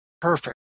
perfect